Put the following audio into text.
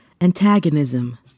antagonism